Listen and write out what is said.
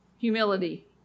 Humility